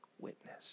witness